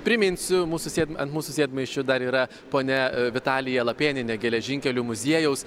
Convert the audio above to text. priminsiu mūsų sėd ant mūsų sėdmaišių dar yra ponia vitalija lapėnienė geležinkelių muziejaus